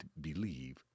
believe